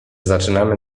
zaczynamy